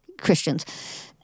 Christians